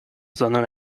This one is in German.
sondern